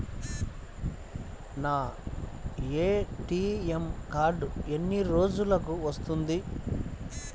నా ATM card ఎన్ని రోజులకు వస్తుంది?